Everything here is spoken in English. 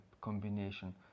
combination